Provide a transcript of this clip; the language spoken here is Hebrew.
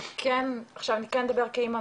ואני כן עכשיו אדבר כאמא,